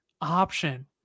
option